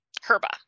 Herba